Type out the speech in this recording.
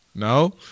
no